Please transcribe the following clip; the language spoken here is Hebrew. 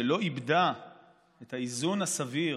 שלא איבדה את האיזון הסביר